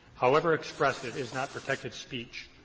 however expressive, is not protected speech.